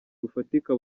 bufatika